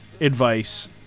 advice